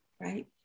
right